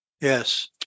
Yes